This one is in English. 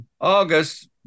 August